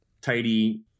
tidy